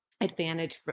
Advantage